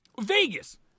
Vegas